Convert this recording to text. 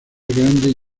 grande